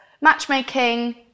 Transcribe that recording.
matchmaking